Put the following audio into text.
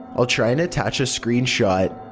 i'll try and attach a screen shot.